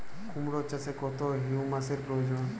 কুড়মো চাষে কত হিউমাসের প্রয়োজন?